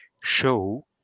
show